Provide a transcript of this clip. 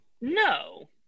No